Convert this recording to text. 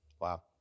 Wow